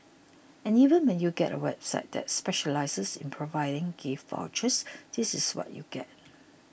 and even when you get a website that specialises in providing gift vouchers this is what you get